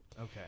Okay